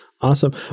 Awesome